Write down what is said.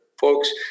folks